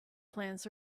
plants